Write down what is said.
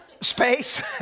space